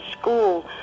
school